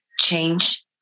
change